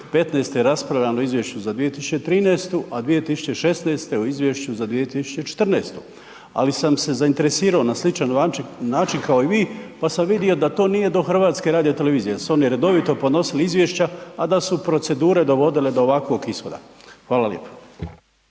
2015. raspravljano izvješće za 2013., a 2016. o Izvješću za 2014. Ali sam se zainteresirao na sličan način kao i vi, pa sam vidio da to nije do Hrvatske radiotelevizije, da su oni redovito podnosili izvješća, a da su procedure dovodile do ovakvoj ishoda. Hvala lijepo.